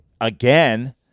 again